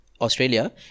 Australia